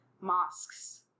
mosques